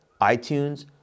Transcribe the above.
iTunes